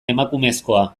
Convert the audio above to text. emakumezkoa